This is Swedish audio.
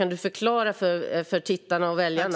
Kan du förklara detta för tittarna och väljarna?